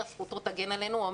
זכותו תגן עלינו,